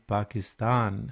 Pakistan